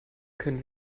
können